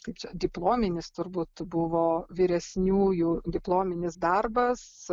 kaip čia diplominis turbūt buvo vyresniųjų diplominis darbas